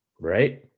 Right